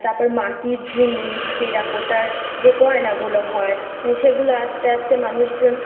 তারপর মাটির জিনিস টেরাকোটার যে গয়নাগুলো হয় সেগুলো আস্তে আস্তে মানুষজন